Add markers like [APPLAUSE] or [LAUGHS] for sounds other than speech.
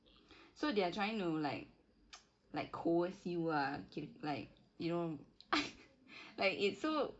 so they are trying to like [NOISE] like coerce you ah okay like you know [LAUGHS] like it's so